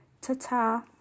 ta-ta